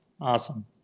awesome